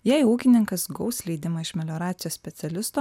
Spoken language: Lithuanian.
jei ūkininkas gaus leidimą iš melioracijos specialisto